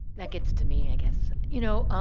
that gets to me i guess. you know,